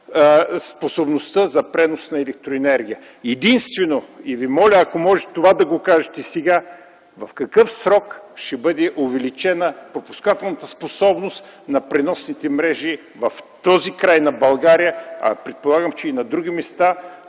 способността за пренос на електроенергия. Единствено Ви моля да кажете сега: в какъв срок ще бъде увеличена пропускателната способност на преносните мрежи в този край на България, а предполагам, че и на други места,